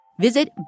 Visit